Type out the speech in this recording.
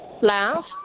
laugh